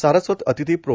सारस्वत अतिथी प्रो